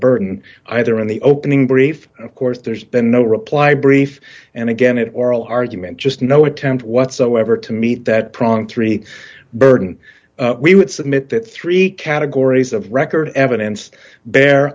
burden either in the opening brief and of course there's been no reply brief and again it oral argument just no attempt whatsoever to meet that prong three burden we would submit that three categories of record evidence bear